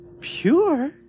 pure